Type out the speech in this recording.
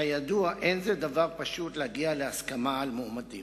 כידוע, אין זה דבר פשוט להגיע להסכמה על מועמדים.